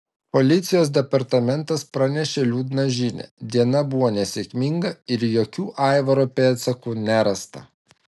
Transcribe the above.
policijos departamentas pranešė liūdną žinią diena buvo nesėkminga ir jokių aivaro pėdsakų nerasta